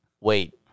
Wait